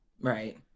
Right